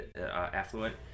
affluent